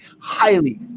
highly